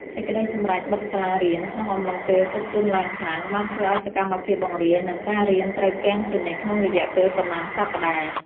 សេចក្តីសម្រេចបិទសាលារៀនក្នុងអំឡុងពេលទឹកជន់ឡើងខ្លាំង បានធ្វើឱ្យសកម្មភាពបង្រៀន និង ការរៀនត្រូវគាំងជានិច្ចក្នុងរយៈពេលប៉ុន្មានសប្តាហ៍។